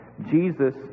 Jesus